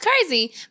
crazy